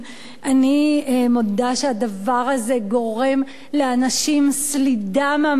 אני מודה שהדבר הזה גורם לאנשים סלידה מהמערכת הפוליטית.